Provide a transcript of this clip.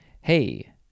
Hey